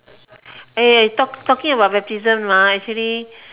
eh talk talking about baptism ah actually